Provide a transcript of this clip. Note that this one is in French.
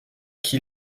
qui